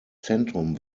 zentrum